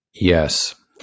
Yes